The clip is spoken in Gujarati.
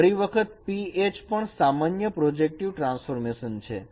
ફરી વખત p H પણ સામાન્ય પ્રોજેક્ટિવ ટ્રાન્સફોર્મેશન છે